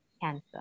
cancer